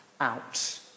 out